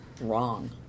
wrong